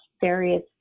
various